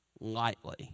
lightly